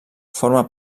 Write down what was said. forma